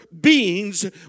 beings